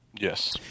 Yes